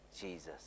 Jesus